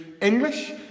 English